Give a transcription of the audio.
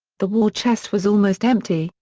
the war chest was almost empty,